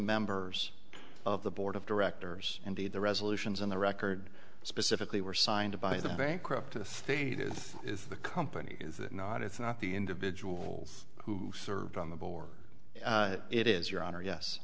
members of the board of directors indeed the resolutions in the record specifically were signed by the bankrupt the state is is the company is it not it's not the individuals who served on the board it is your honor yes